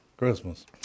Christmas